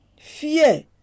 Fear